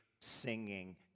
singing